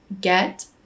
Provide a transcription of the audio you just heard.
get